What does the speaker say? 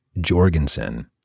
Jorgensen